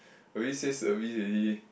already say service already